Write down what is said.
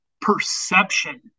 perception